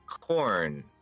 corn